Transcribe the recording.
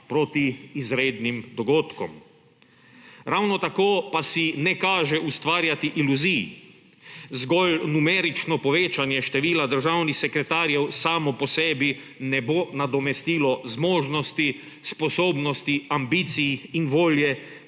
proti izrednim dogodkom. Ravno tako pa si ne kaže ustvarjati iluzij. Zgolj numerično povečanje števila državnih sekretarjev samo po sebi ne bo nadomestilo zmožnosti, sposobnosti, ambicij in volje,